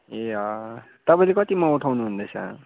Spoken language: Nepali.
ए ह तपाईँले कतिमा उठाउनुहुँदैछ